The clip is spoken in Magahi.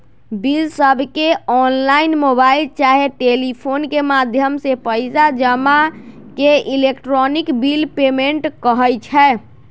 बिलसबके ऑनलाइन, मोबाइल चाहे टेलीफोन के माध्यम से पइसा जमा के इलेक्ट्रॉनिक बिल पेमेंट कहई छै